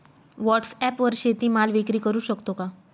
व्हॉटसॲपवर शेती माल विक्री करु शकतो का?